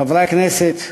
חברי הכנסת,